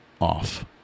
off